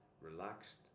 relaxed